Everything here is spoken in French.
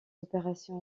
opérations